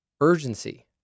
urgency